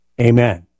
Amen